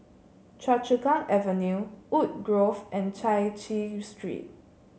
Choa Chu Kang Avenue Woodgrove and Chai Chee Street